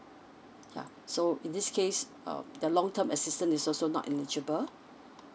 yup so in this case um the long term assistant is also not eligible